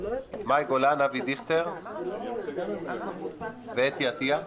מאי גולן, אבי דיכטר ואתי עטיה.